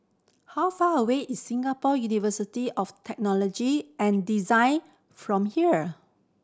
how far away is Singapore University of Technology and Design from here